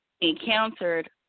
encountered